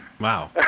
Wow